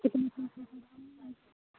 कितने